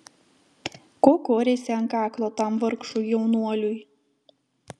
ko koreisi ant kaklo tam vargšui jaunuoliui